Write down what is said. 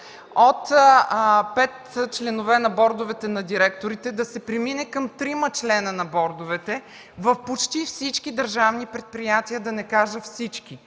от пет членове на бордовете на директорите да се премине към трима членове на бордовете в почти всички държавни предприятия, да не кажа всички.